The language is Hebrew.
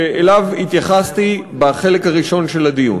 שאליו התייחסתי בחלק הראשון של הדיון.